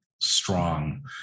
strong